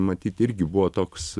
matyt irgi buvo toks